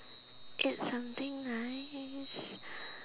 eat something nice